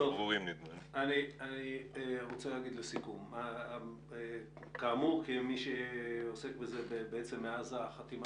אני רוצה להגיד לסיכום כמי שעוסק בזה מאז חתימת